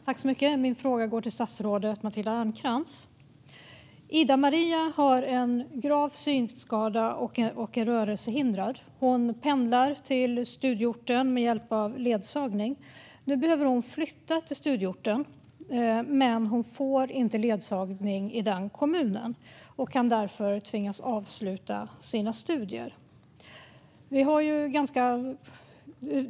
Fru talman! Min fråga går till statsrådet Matilda Ernkrans. Ida-Maria har en grav synskada och är rörelsehindrad. Hon pendlar till studieorten med hjälp av ledsagning. Nu behöver hon flytta till studieorten, men hon får inte ledsagning i den kommunen och kan därför tvingas avsluta sina studier.